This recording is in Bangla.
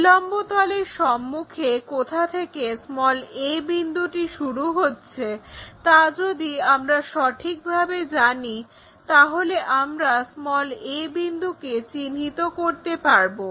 উল্লম্ব তলের সম্মুখে কোথা থেকে a বিন্দুটি শুরু হচ্ছে তা যদি আমরা সঠিকভাবে জানি তাহলে আমরা a বিন্দুকে চিহ্নিত করতে পারব